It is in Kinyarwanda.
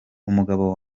umugabo